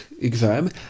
exam